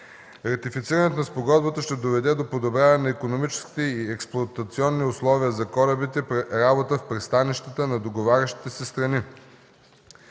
Ратифицирането на спогодбата ще доведе до подобряване на икономическите и експлоатационните условия за корабите при работа в пристанищата на договарящите се страни.